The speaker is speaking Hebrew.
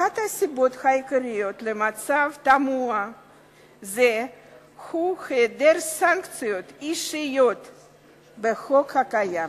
אחת הסיבות העיקריות למצב תמוה זה הוא היעדר סנקציות אישיות בחוק הקיים.